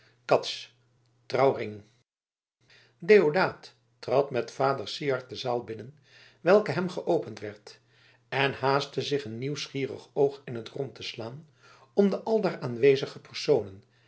cats trou ringh deodaat trad met vader syard de zaal binnen welke hem geopend werd en haastte zich een nieuwsgierig oog in t rond te slaan op de aldaar aanwezige personen